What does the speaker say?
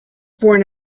born